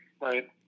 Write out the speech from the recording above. Right